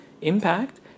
impact